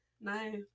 no